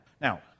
Now